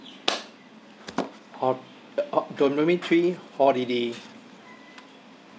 ho~ o~ domain three holiday